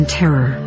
terror